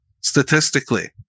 statistically